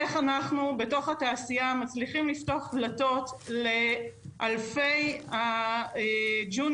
איך אנחנו בתוך התעשייה מצליחים לפתוח דלתות לאלפי ג'וניורים